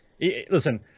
Listen